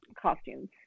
costumes